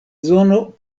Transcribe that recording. zono